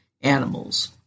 animals